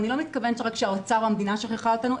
אני לא מתכוונת לכך שהאוצר והמדינה שכחו אותנו,